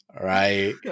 right